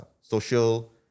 social